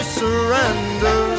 surrender